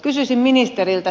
kysyisin ministeriltä